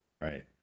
Right